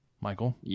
Michael